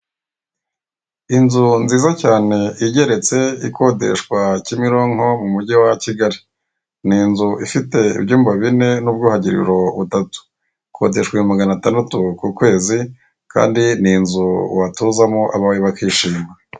Inzu nziza cyane igeretse ikodeshwa Kimironko mu mujyi wa Kigali, ni inzu ifite ibyumba bine n'ubwiyuhagiriro butatu, ikodeshwa ibihumbi magana atandatu ku kwezi, kandi ni inzu watuzamo abawe bakishima.